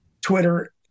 twitter